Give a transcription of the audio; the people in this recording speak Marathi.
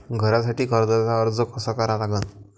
घरासाठी कर्जाचा अर्ज कसा करा लागन?